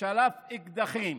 ושלף אקדחים,